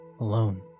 alone